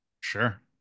Sure